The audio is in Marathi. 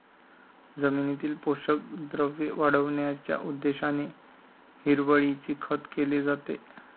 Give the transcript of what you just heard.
जमिनीतील पोषक द्रव्ये वाढविण्याच्या उद्देशाने हिरवळीचे खत केले जाते